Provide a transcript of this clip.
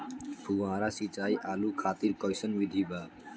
फुहारा सिंचाई आलू खातिर कइसन विधि बा?